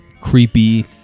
creepy